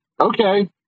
Okay